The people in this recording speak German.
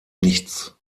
nichts